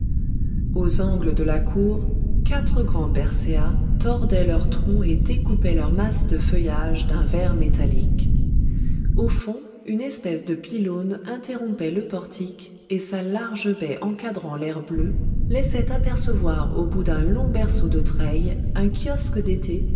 aux angles de la cour quatre grands perséas tordaient leurs troncs et découpaient leurs masses de feuillage d'un vert métallique au fond une espèce de pylône interrompait le portique et sa large baie encadrant l'air bleu laissait apercevoir au bout d'un long berceau de treilles un kiosque d'été